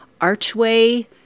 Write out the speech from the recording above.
archway